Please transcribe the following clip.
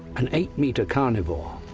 an eight-metre carnivore.